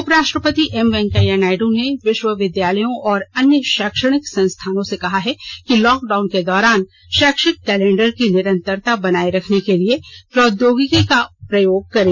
उपराष्ट्रपति एम वेकैंया नायडू ने विश्वविद्यालयों और अन्य शैक्षणिक संस्थानों से कहा है कि लॉकडाउन के दौरान शैक्षिक केलेंडर की निरंतरता बनाए रखने के लिए प्रौद्योगिकी का प्रयोग करें